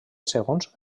segons